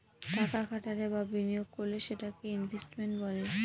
টাকা খাটালে বা বিনিয়োগ করলে সেটাকে ইনভেস্টমেন্ট বলে